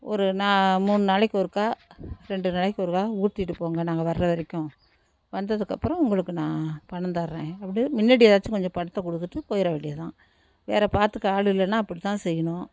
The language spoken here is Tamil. ஒரு நாள் மூணு நாளைக்கு ஒருக்கா ரெண்டு நாளைக்கு ஒருக்கா ஊற்றிட்டு போங்க நாங்கள் வர வரைக்கும் வந்ததுக்கப்புறம் உங்களுக்கு நான் பணம் தர்றேன் அப்டின்னு முன்னடி ஏதாச்சும் கொஞ்சம் பணத்தை கொடுத்துட்டு போயிட வேண்டியதுதான் வேறு பார்த்துக்க ஆள் இல்லைன்னா அப்படிதான் செய்யணும்